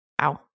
Wow